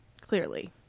clearly